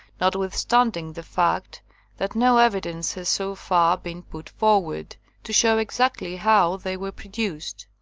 notwithstanding the fact that no evidence has so far been put forward to show exactly how they were produced.